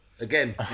again